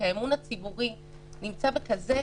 כי האמון הציבורי נמצא בשפל כזה,